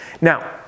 Now